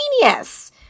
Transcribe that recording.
genius